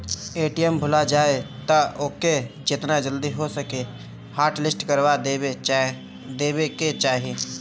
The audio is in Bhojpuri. ए.टी.एम भूला जाए तअ ओके जेतना जल्दी हो सके हॉटलिस्ट करवा देवे के चाही